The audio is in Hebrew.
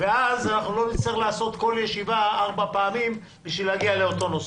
ואז לא נצטרך לעשות כל ישיבה ארבע פעמים בשביל להגיע לאותו נושא.